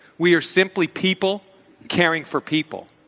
we are simply people caring for people.